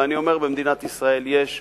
ואני אומר: במדינת ישראל יש גזענות,